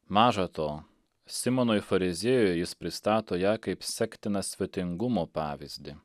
maža to simonui fariziejui jis pristato ją kaip sektiną svetingumo pavyzdį